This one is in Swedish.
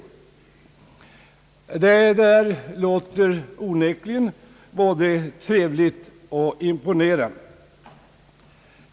Detta låter onekligen både trevligt och imponerande.